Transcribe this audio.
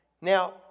Now